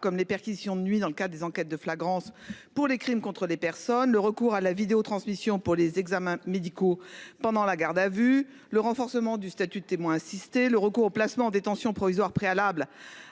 que les perquisitions de nuit dans le cadre des enquêtes de flagrance pour les crimes contre des personnes, le recours à la vidéotransmission pour les examens médicaux pendant la garde à vue, le renforcement du statut de témoin assisté, le recours au placement en détention provisoire préalable